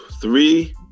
three